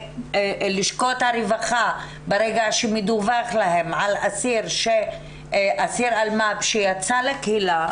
לשכות הרווחה ברגע שמדווח להן על אסיר אלמ"ב שיצא לקהילה,